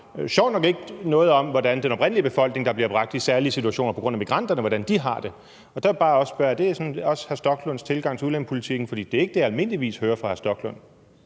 sjovt nok ikke noget om, hvordan den oprindelige befolkning, der bliver bragt i særlige situationer på grund af migranterne, har det. Og der vil jeg bare spørge, om det også er hr. Rasmus Stoklunds tilgang til udlændingepolitikken, for det er ikke det, jeg almindeligvis hører fra hr. Rasmus Stoklund.